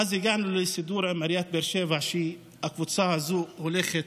ואז הגענו לסידור עם עיריית באר שבע שהקבוצה הזאת הולכת